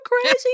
crazy